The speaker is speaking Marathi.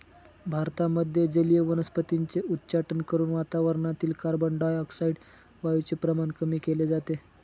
भारतामध्ये जलीय वनस्पतींचे उच्चाटन करून वातावरणातील कार्बनडाय ऑक्साईड वायूचे प्रमाण कमी केले जाते